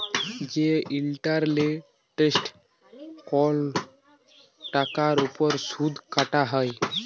যে ইলটারেস্ট কল টাকার উপর সুদ কাটা হ্যয়